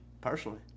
personally